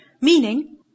Meaning